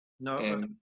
No